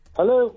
Hello